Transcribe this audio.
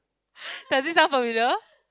does it sound familiar